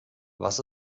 was